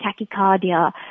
tachycardia